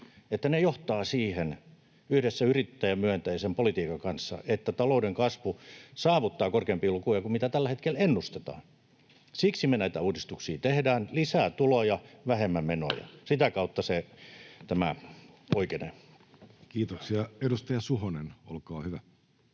että ne johtavat yhdessä yrittäjämyönteisen politiikan kanssa siihen, että talouden kasvu saavuttaa korkeampia lukuja kuin mitä tällä hetkellä ennustetaan. Siksi me näitä uudistuksia tehdään. Lisää tuloja, vähemmän menoja, sitä kautta tämä oikenee.